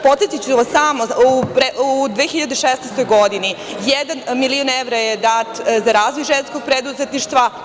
Podsetiću vas samo da u 2016. godini jedan milion evra je dat za razvoj ženskog preduzetništva.